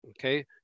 Okay